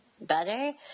better